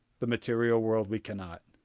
the material world we cannot.